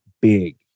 big